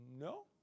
No